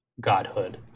godhood